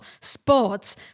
sports